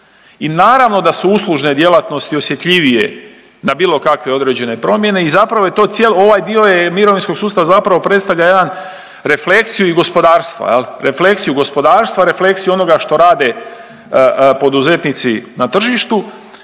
i naravno da su uslužne djelatnosti osjetljivije na bilo kakve određene promjene i zapravo je to cijelo, ovaj dio je mirovinskog sustava zapravo predstavlja jedan refleksiju i gospodarstva jel, refleksiju gospodarstva, refleksiju onoga što rade poduzetnici na tržištu